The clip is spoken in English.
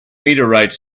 meteorites